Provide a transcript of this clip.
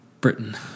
Britain